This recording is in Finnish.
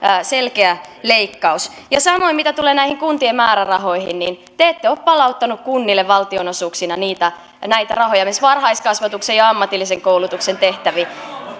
selkeä leikkaus samoin mitä tulee näihin kuntien määrärahoihin te ette ole palauttaneet kunnille valtionosuuksina näitä rahoja esimerkiksi varhaiskasvatukseen ja ja ammatillisen koulutuksen tehtäviin